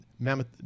Mammoth